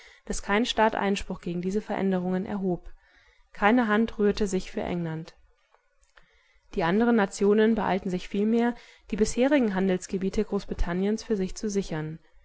daß kein staat einspruch gegen diese veränderungen erhob keine hand rührte sich für england die anderen nationen beeilten sich vielmehr die bisherigen handelsgebiete großbritanniens für sich zu sichern